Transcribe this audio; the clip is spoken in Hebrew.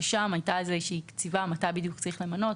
שם הייתה איזושהי קציבה מתי בדיוק צריך למנות,